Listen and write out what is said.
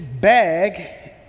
bag